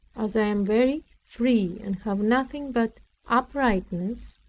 as i am very free, and have nothing but uprightness,